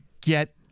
get